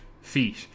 feet